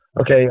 Okay